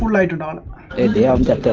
hundred and eleven but